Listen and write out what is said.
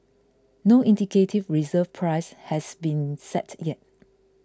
no indicative reserve price has been set yet